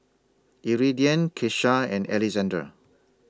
Iridian Kesha and Alexandr